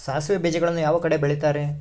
ಸಾಸಿವೆ ಬೇಜಗಳನ್ನ ಯಾವ ಕಡೆ ಬೆಳಿತಾರೆ?